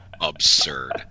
absurd